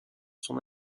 son